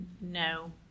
no